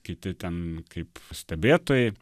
kiti ten kaip stebėtojai